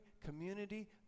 community